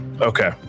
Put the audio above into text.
Okay